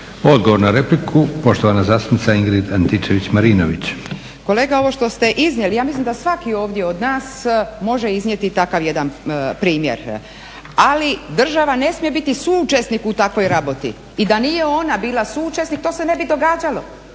Odgovor na repliku, poštovana zastupnica Ingrid Antičević-Marinović. **Antičević Marinović, Ingrid (SDP)** Kolega, ovo što ste iznijeli, ja mislim da svaki ovdje od nas može iznijeti takav jedan primjer. Ali država ne smije biti suučesnik u takvoj raboti i da nije ona bila suučesnik to se ne bi događalo